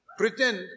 pretend